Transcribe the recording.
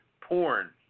porn